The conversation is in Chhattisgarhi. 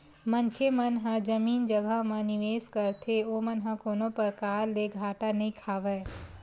मनखे मन ह जमीन जघा म निवेस करथे ओमन ह कोनो परकार ले घाटा नइ खावय